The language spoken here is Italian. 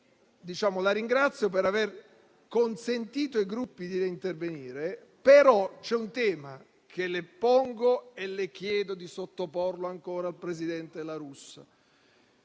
la ringrazio per aver consentito ai Gruppi di intervenire, però c'è un tema che le pongo e chiedo di sottoporlo ancora al presidente La Russa: